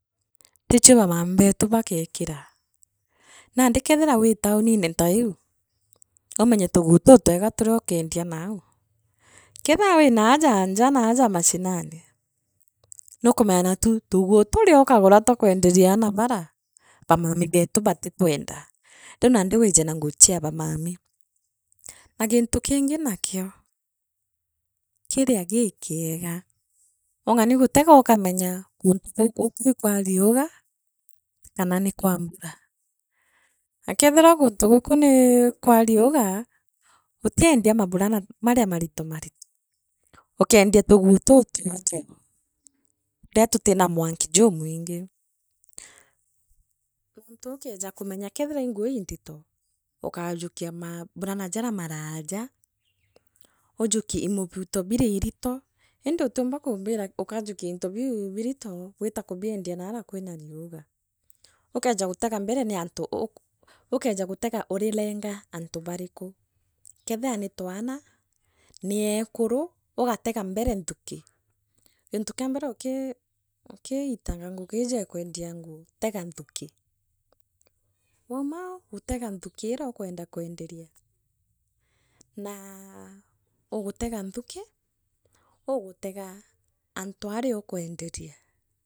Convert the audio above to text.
Tichio bamaami beeta baagekira, nandi keethira wii taurine ta iu. umenye tuguu tutwega turia ukeendia nau keethia winaja njaa naaja machirani, nuukumenya naku tuguu turiaukagura twa kwenderia aana baaria baamami beetu baatitwende riu nandi kiria gikiega ungani gutega akamenya guntu guku ni kwa riuga utiendia mabulana maria marito marito ukeendia tuguu tututhu keethia ii nguu iindito ukajukia mabulana jaaria maraaja ujukie imubuto biria irito indi utiumba kumbira ukajukia into bie birito gwita kubiendia naaria kwina riuga ukeeja gatega mbere niantu uu ukeeja gutega ulilenga antu barika kethira nii twana ni ekuru ugatega mbele nthuki gintu kia mbere ukiitaga ngugi iji ee kwendia nguu tega nthuki woomba gutega nthaka iria ukwenderia naa ugutega nthuki ugutega antu aria ukwenderia.